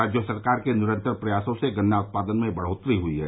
राज्य सरकार के निरंतर प्रयासों से गन्ना उत्पादन में बढ़ोत्तरी हुई है